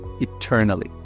eternally